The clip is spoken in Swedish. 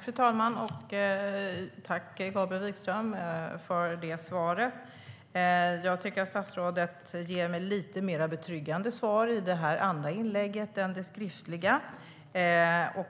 Fru talman! Jag tackar Gabriel Wikström för ett svar som var lite mer betryggande än interpellationssvaret.